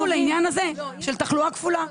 תתייחסו לעניין הזה של תחלואה כפולה,